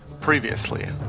Previously